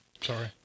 Sorry